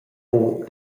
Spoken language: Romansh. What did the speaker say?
buca